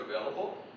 available